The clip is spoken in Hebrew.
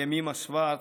ימימה שוורץ,